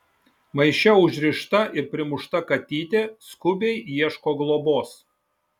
maiše užrišta ir primušta katytė skubiai ieško globos